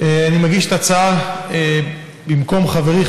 אני מגיש את ההצעה במקום חברי,